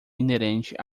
inerente